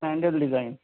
sandal design